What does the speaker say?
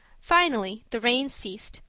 finally the rain ceased,